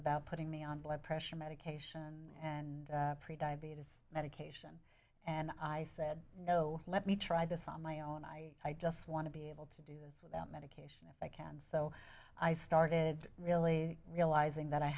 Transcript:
about putting me on blood pressure medication and pre diabetes medication and i said no let me try this on my own i just want to be able to do this without medication if i can so i started really realizing that i